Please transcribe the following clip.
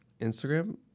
Instagram